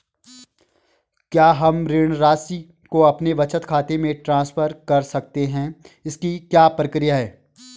क्या हम ऋण राशि को अपने बचत खाते में ट्रांसफर कर सकते हैं इसकी क्या प्रक्रिया है?